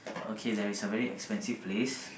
okay there is a very expensive place